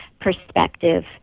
perspective